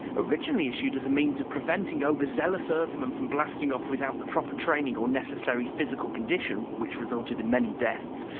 originally issued as a means of preventing overzealous earthmen from blasting off without the proper training or necessary physical condition, which resulted in many deaths,